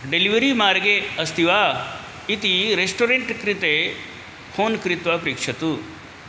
delivery मार्गे अस्ति वा इति रेस्टोरेण्ट् कृते फ़ोन् कृत्वा पृच्छतु